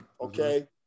okay